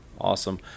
Awesome